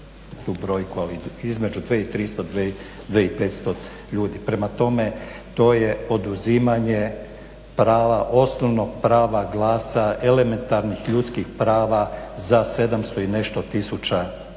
između 2300, 2500 ljudi. Prema tome, to je oduzimanje prava, osnovnog prava glasa, elementarnih ljudskih prava za 700 i nešto tisuća ljudi.